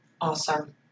Awesome